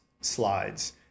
slides